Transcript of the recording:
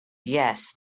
yes